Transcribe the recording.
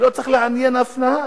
שלא צריך לעניין אף נהג.